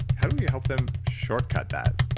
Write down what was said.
how do we help them shortcut that?